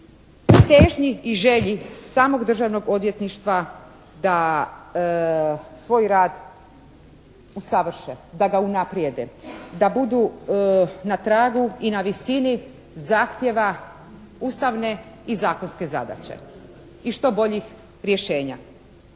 težnji i želji samog Državnog odvjetništva da svoj rad usavrše, da ga unaprijede, da budu na tragu i na visini zahtjeva ustavne i zakonske zadaće, i što boljih rješenja.